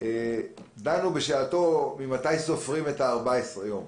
דנו בשעתו ממתי סופרים 14 יום,